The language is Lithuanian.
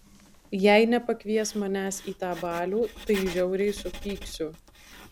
jei nepakvies manęs į tą balių tai žiauriai supyksiu